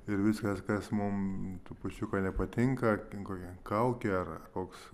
ir viskas kas mum trupučiuką nepatinka ar ten kaukė ar koks